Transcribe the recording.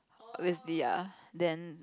with the ah then